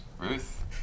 Ruth